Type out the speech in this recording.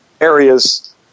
areas